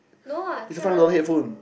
no [what] three hundred